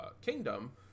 kingdom